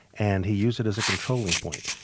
and he used it as a controlling point.